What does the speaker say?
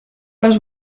les